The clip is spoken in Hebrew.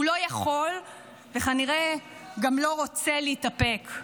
הוא לא יכול וכנראה גם לא רוצה להתאפק.